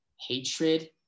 hatred